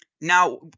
Now